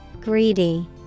Greedy